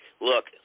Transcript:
Look